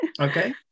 Okay